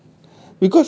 then